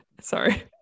sorry